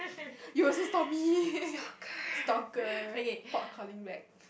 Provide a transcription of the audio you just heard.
you also stalk me stalker stop calling back